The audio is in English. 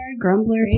Grumbler